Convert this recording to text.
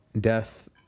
Death